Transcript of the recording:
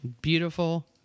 Beautiful